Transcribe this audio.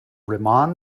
riemann